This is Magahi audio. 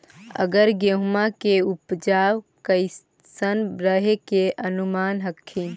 अबर गेहुमा के उपजबा कैसन रहे के अनुमान हखिन?